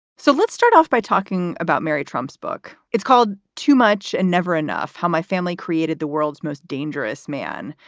so let's start off by talking about mary trump's book. it's called too much and never enough how my family created the world's most dangerous man.